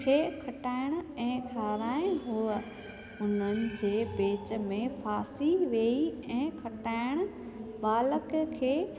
खे खटाइण ऐं खाराइण हूअ उन्हनि जे विच में फासी वेई ऐं खटाइण बालक खे